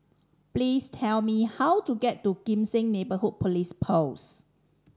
please tell me how to get to Kim Seng Neighbourhood Police Post